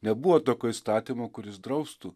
nebuvo tokio įstatymo kuris draustų